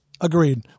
Agreed